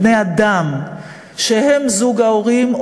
בני-האדם שהם זוג ההורים,